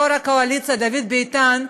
ליו"ר הקואליציה דוד ביטן,